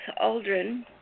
Aldrin